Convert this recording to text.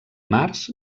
març